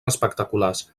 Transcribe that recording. espectaculars